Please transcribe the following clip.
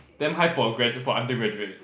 damn high for a grad~ for undergraduate